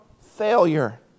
failure